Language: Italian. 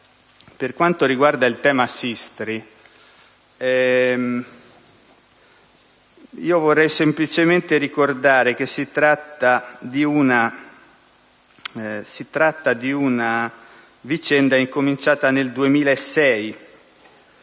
Per quanto riguarda il tema SISTRI, vorrei semplicemente ricordare che si tratta di una vicenda incominciata nel 2006